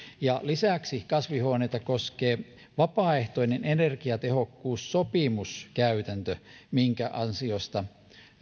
lisäksi kasvihuoneita koskee vapaaehtoinen energiatehokkuussopimuskäytäntö minkä ansiosta